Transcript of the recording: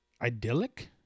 idyllic